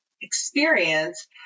experience